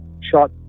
shot